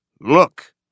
Look